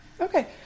Okay